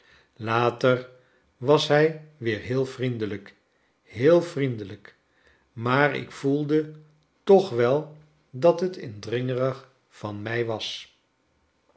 later was hij weer heel vriendelijk heel vriendeiijk maar ik voelde toch wel dat het indringerig van mij was